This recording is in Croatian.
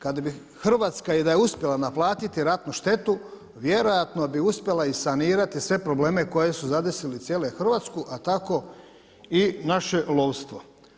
Kada bi Hrvatska i da je uspjela naplatiti ratnu štetu, vjerojatno bi uspjela i sanirati sve probleme koje su zadesile cijelu Hrvatsku, a tako i naše lovstvo.